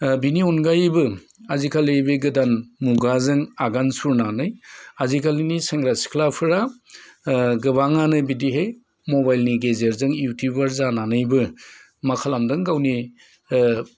बिनि अनगायैबो आजिखालि बे गोदान मुगाजों आगान सुरनानै आजिखालिनि सेंग्रा सिख्लाफोरा गोबाङानो बिदिहै मबाइलनि गेजेरजों युटुबार जानानैबो मा खालामदों गावनि